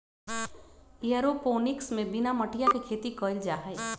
aeroponics में बिना मटिया के खेती कइल जाहई